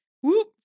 whoop